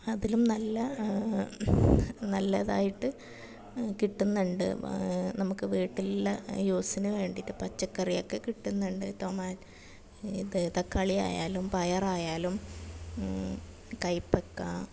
അതിലും നല്ല നല്ലതായിട്ട് കിട്ടുന്നുണ്ട് നമുക്ക് വീട്ടിലുള്ള യൂസിന് വേണ്ടിയിട്ട് പച്ചക്കറിയൊക്കെ കിട്ടുന്നുണ്ട് ടൊമാ ഇത് തക്കാളി ആയാലും പയറായാലും കയ്പക്ക